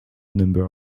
number